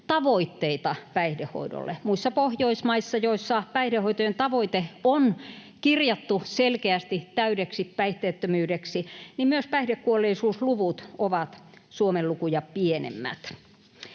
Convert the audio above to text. tavoitteita päihdehoidolle. Muissa Pohjoismaissa, joissa päihdehoitojen tavoite on kirjattu selkeästi täydeksi päihteettömyydeksi, myös päihdekuolleisuusluvut ovat Suomen lukuja pienemmät.